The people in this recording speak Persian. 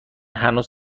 هنوز